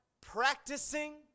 practicing